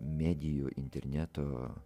medijų interneto